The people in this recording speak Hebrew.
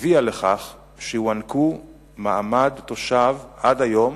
הביאה לכך שהוענק מעמד תושב עד היום